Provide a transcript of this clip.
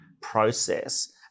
process